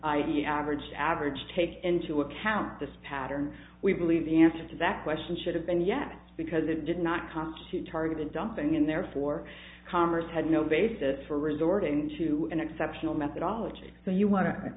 e averaged average take into account this pattern we believe the answer to that question should have been yes because it did not constitute targeted dumping and therefore commerce had no basis for resorting to an exceptional methodology so you wan